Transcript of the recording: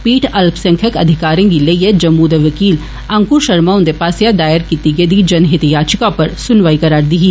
पीठ अल्पसंख्यक अधिकारें गी लेइयै जम्मू दे वकील अंकुर षर्मा हुन्दे पास्सेआ दायर कीती गेदी जनहित याचिका पर सुनवाई करा'रदी ही